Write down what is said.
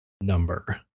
number